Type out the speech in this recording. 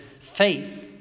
faith